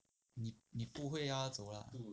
你不会让他走 lah